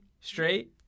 straight